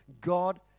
God